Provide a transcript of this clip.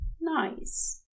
nice